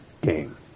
game